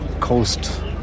coast